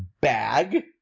bag